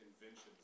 Inventions